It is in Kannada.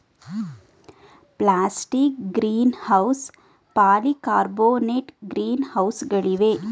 plastic greenhouse, polycarbonate green ಹೌಸ್ಗಳಿವೆ